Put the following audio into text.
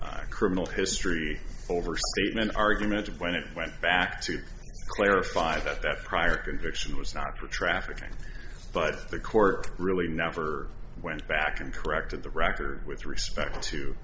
the criminal history overstatement argument when it went back to clarify that that prior conviction it was not a traffic jam but the court really never went back and corrected the record with respect to